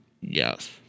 Yes